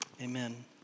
Amen